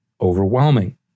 overwhelming